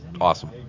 awesome